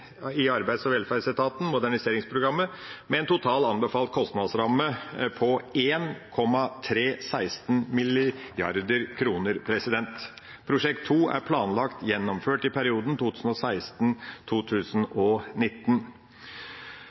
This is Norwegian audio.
i Arbeids- og velferdsetaten, Moderniseringsprogrammet, med en anbefalt kostnadsramme på totalt 1,316 mrd. kr. Prosjekt 2 er planlagt gjennomført i perioden